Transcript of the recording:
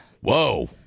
Whoa